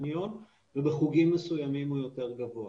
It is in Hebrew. מהטכניון ובחוגים מסוימים הוא יותר גבוה.